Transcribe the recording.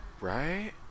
Right